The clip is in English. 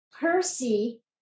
Percy